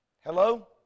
Hello